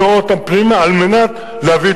נפטר אתכם, ובמקומכם ניקח עובדי